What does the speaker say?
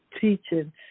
teaching